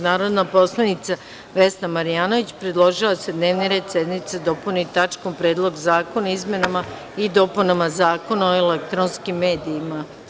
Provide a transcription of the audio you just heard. Narodna poslanica Vesna Marjanović predložila je da se dnevni red sednice dopuni tačnom – Predlog zakona o izmenama i dopunama Zakona o elektronskim medijima.